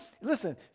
listen